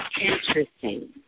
Interesting